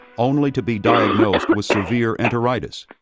only to be diagnosed with severe enteritis.